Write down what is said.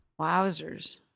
Wowzers